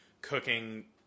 cooking